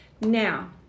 Now